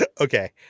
Okay